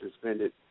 suspended